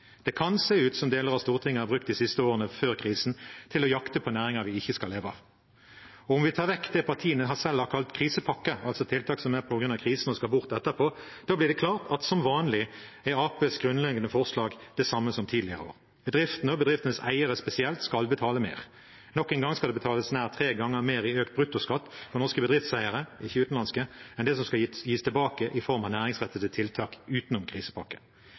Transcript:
Det kan se ut som om deler av Stortinget har brukt de siste årene før krisen til å jakte på næringer vi ikke skal leve av. Om vi tar vekk det partiene selv har kalt krisepakke, altså tiltak som er på grunn av krisen og skal bort etterpå, blir det klart at Arbeiderpartiets grunnleggende forslag som vanlig er det samme som tidligere år. Bedriftene, og bedriftenes eiere spesielt, skal betale mer. Nok en gang skal det betales nær tre ganger mer i økt bruttoskatt for norske bedriftseiere, ikke utenlandske, enn det som skal gis tilbake i form av næringsrettede tiltak utenom